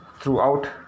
throughout